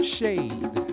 shade